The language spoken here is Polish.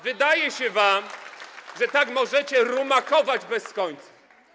Wydaje się wam, że tak możecie rumakować bez końca.